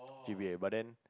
G_P_A but then